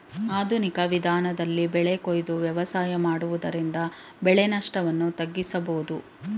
ಆಧುನಿಕ ವಿಧಾನದಲ್ಲಿ ಬೆಳೆ ಕೊಯ್ದು ವ್ಯವಸಾಯ ಮಾಡುವುದರಿಂದ ಬೆಳೆ ನಷ್ಟವನ್ನು ತಗ್ಗಿಸಬೋದು